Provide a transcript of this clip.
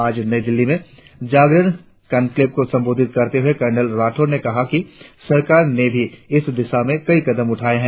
आज नई दिल्ली में जागरण कॉनक्लेव को संबोधित करते हुए कर्नल राठौड़ ने कहा कि सरकार ने भी इस दिशा में कई कदम उठाये है